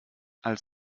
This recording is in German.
als